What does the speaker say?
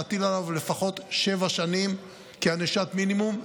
להטיל עליו לפחות שבע שנים כענישת מינימום.